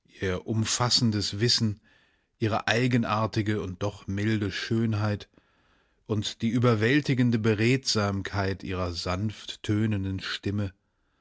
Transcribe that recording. umfassendes wissen ihre eigenartige und doch milde schönheit und die überwältigende beredsamkeit ihrer sanft tönenden stimme